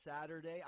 Saturday